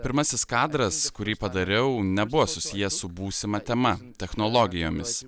pirmasis kadras kurį padariau nebuvo susijęs su būsima tema technologijomis